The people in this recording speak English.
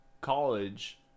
college